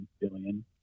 billion